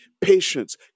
patience